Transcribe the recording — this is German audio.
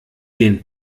den